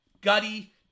gutty